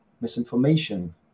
misinformation